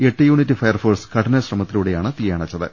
എട്ട് unit fire force കഠിനശ്രമത്തിലൂടെയാണ് തീയ ണച്ചത്